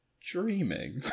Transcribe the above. dreaming